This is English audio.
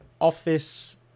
office